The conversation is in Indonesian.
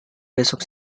besok